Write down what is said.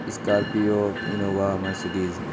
scorpio Innova Mercedes